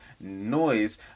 noise